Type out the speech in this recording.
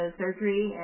surgery